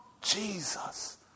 Jesus